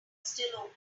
still